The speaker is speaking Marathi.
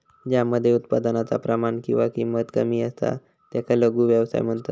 ज्या मध्ये उत्पादनाचा प्रमाण किंवा किंमत कमी असता त्याका लघु व्यवसाय म्हणतत